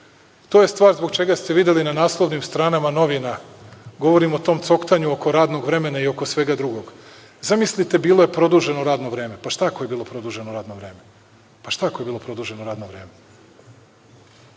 To je stvar zbog čega ste videli na naslovnim stranama novina, govorim o tom coktanju oko radnog vremena i oko svega drugog, zamislite, bilo je produženo radno vreme. Pa šta ako je bilo produženo radno vreme?